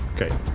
Okay